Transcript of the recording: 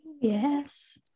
Yes